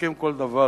שמפרקים כל דבר,